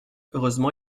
heureusement